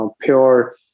pure